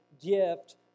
gift